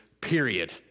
period